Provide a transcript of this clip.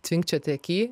tvinkčioti aky